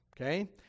okay